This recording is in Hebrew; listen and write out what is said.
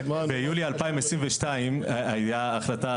ביולי 2022 היה החלטה,